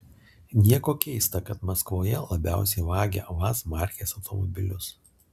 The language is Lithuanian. nieko keista kad maskvoje labiausiai vagia vaz markės automobilius